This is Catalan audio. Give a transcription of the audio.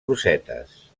rosetes